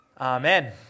Amen